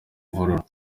mvururu